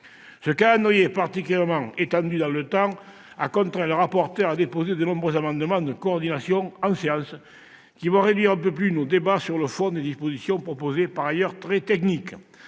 Ce calendrier particulièrement étendu dans le temps a contraint le rapporteur à déposer de nombreux amendements de coordination en séance. Leur examen réduira un peu plus nos débats sur le fond des dispositions proposées, par ailleurs très techniques.